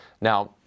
Now